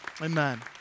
Amen